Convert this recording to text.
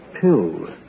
pills